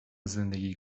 زندگی